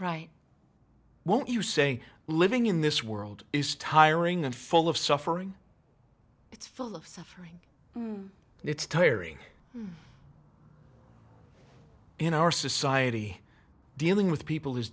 right won't you say living in this world is tiring and full of suffering it's full of suffering and it's tiring in our society dealing with people